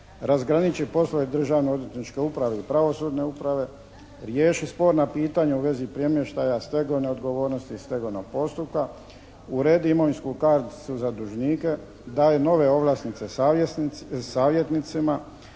razgraniči poslove državno-odvjetničke uprave i pravosudne uprave, riješi sporna pitanja u vezi premještaja stegovne odgovornosti i stegovnog postupka, uredi imovinsku karticu za dužnike, daje nove ovlasnice savjetnicima,